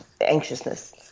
anxiousness